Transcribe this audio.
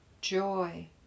Joy